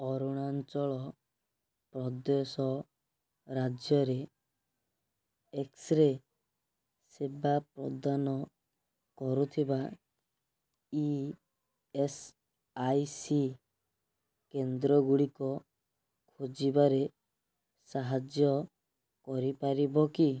ଅରୁଣାଚଳ ପ୍ରଦେଶ ରାଜ୍ୟରେ X ray ସେବା ପ୍ରଦାନ କରୁଥିବା ଇ ଏସ୍ ଆଇ ସି କେନ୍ଦ୍ର ଗୁଡ଼ିକ ଖୋଜିବାରେ ସାହାଯ୍ୟ କରିପାରିବ କି